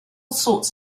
sorts